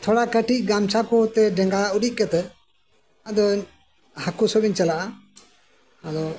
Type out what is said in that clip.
ᱛᱷᱚᱲᱟ ᱠᱟᱹᱴᱤᱡ ᱜᱟᱢᱪᱷᱟ ᱠᱚ ᱟᱛᱮ ᱰᱮᱸᱜᱟ ᱩᱨᱤᱡ ᱠᱟᱛᱮᱫ ᱟᱫᱚ ᱦᱟᱹᱠᱩ ᱥᱟᱵ ᱤᱧ ᱪᱟᱞᱟᱜᱼᱟ ᱟᱫᱚ